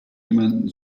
jemanden